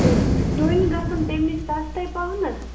تہٕ ڈوٗنۍ گَژھن تمہِ نِش سَستے پہم